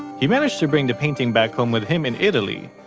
he managed to bring the painting back home with him in italy,